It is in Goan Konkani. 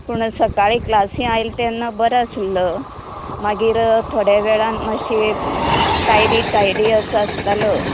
पूण सकाळीं क्लासी आयल्लो तेन्ना बरो आशिल्लो मागीर थोड्या वेळान मात्शे टायडी टायडी असो आसतालो